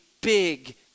big